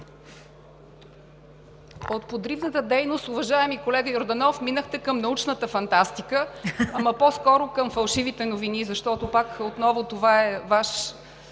От подривната дейност, уважаеми колега Йорданов, минахте към научната фантастика, ама по-скоро към фалшивите новини, защото пак отново това е Ваш